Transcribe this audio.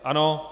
Ano.